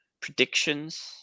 predictions